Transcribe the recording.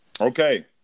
Okay